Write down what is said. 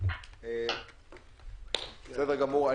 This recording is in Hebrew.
בסדר גמור.